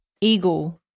Eagle